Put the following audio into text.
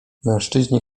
mężczyźni